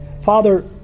Father